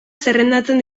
zerrendatzen